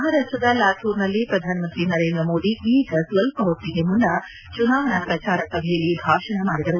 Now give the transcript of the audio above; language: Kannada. ಮಹಾರಾಷ್ಟದ ಲಾಥೂರ್ನಲ್ಲಿ ಪ್ರಧಾನಮಂತ್ರಿ ನರೇಂದ್ರ ಮೋದಿ ಈಗ ಸ್ವಲ್ಪ ಹೊತ್ತಿಗೆ ಮುನ್ನ ಚುನಾವಣಾ ಪ್ರಜಾರ ಸಭೆಯಲ್ಲಿ ಭಾಷಣ ಮಾಡಿದರು